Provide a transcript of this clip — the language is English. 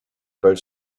both